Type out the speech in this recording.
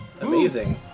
Amazing